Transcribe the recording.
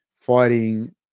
fighting